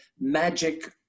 magic